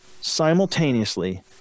simultaneously